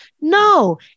no